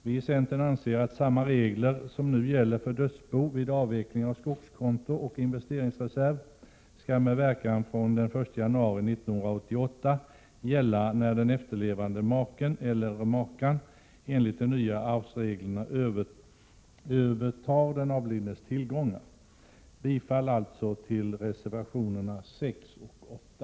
Viicentern anser att samma regler som nu gäller för dödsbo vid avveckling av skogskonto och investeringsreserv skall med verkan från den 1 januari 1988 gälla när den efterlevande maken eller makan enligt de nya arvsreglerna övertar den avlidnes tillgångar. Jag yrkar alltså bifall till reservationerna 6 och 8.